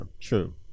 true